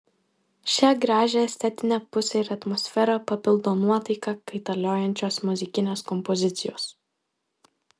šią gražią estetinę pusę ir atmosferą papildo nuotaiką kaitaliojančios muzikinės kompozicijos